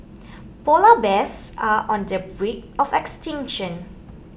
Polar Bears are on the brink of extinction